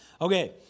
Okay